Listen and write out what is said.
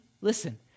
listen